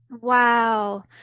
Wow